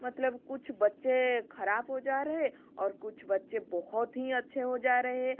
मतलब कुछ बच्चे खराब हो जा रहे है और कुछ बच्चे बहुत ही अच्छे हो जा रहे है